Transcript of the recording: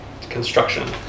construction